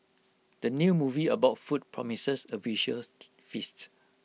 the new movie about food promises A visual feast